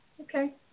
Okay